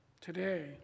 today